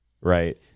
right